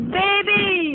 baby